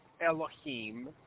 Elohim